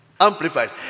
Amplified